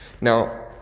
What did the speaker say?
Now